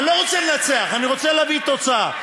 אני לא רוצה לנצח, אני רוצה להביא תוצאה.